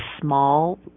small